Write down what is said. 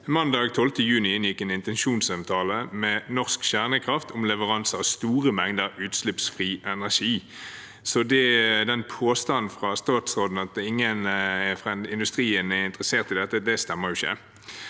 mandag 12. juni inngikk en intensjonsavtale med Norsk Kjernekraft om leveranse av store mengder utslippsfri energi. Så påstanden fra statsråden om at ingen fra denne industrien er interessert i dette, stemmer ikke.